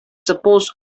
supposed